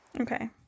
Okay